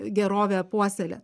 gerovę puoselėt